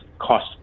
cost